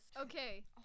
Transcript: Okay